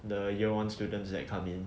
the year one students that come in